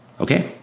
Okay